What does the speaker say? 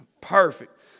Perfect